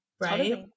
right